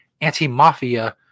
anti-mafia